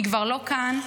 היא כבר לא כאן,